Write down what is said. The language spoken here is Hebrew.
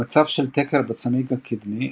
במצב של תקר בצמיג הקדמי,